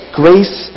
grace